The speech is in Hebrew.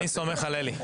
אני סומך על אלי.